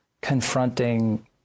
Confronting